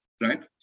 right